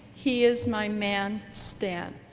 he is my man stan.